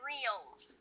Reels